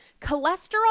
cholesterol